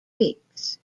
figs